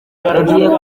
umuntu